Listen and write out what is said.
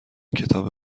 کتاب